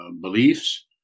beliefs